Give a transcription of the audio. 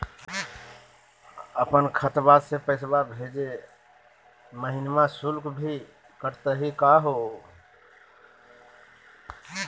अपन खतवा से पैसवा भेजै महिना शुल्क भी कटतही का हो?